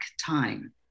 time